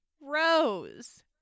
Rose